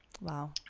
wow